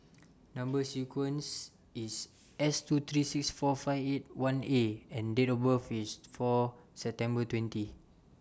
Number sequence IS S two three six four five eight one A and Date of birth IS four September twenty